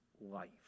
life